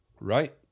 Right